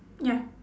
ya